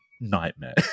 nightmare